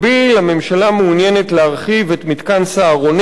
הממשלה מעוניינת להרחיב את מתקן "סהרונים"